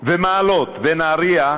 מעלות ונהריה,